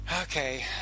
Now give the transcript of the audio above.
okay